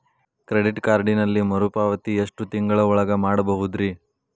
Credit ಕಾರ್ಡಿನಲ್ಲಿ ಮರುಪಾವತಿ ಎಷ್ಟು ತಿಂಗಳ ಒಳಗ ಮಾಡಬಹುದ್ರಿ?